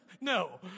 No